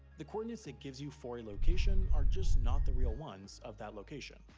the coordinates it gives you for a location are just not the real ones of that location.